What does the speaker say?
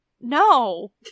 No